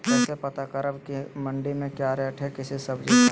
कैसे पता करब की मंडी में क्या रेट है किसी सब्जी का?